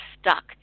stuck